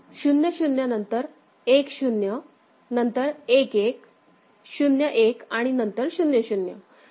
0 0 नंतर 1 0 नंतर 1 1 0 1 आणि नंतर 0 0